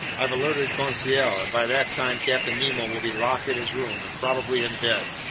i've alerted conseil. by that time captain nemo will be locked in his room and probably in bed.